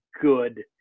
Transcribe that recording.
good